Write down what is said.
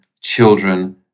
children